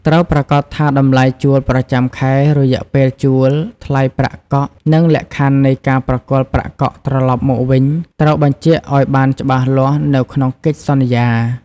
ត្រូវប្រាកដថាតម្លៃជួលប្រចាំខែ រយៈពេលជួល ថ្លៃប្រាក់កក់ និងលក្ខខណ្ឌនៃការប្រគល់ប្រាក់កក់ត្រឡប់មកវិញ ត្រូវបញ្ជាក់ឲ្យបានច្បាស់លាស់នៅក្នុងកិច្ចសន្យា។